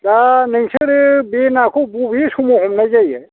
दा नोंसोरो बे नाखौ बबे समाव हमनाय जायो